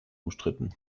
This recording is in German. umstritten